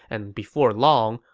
and before long,